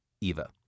Eva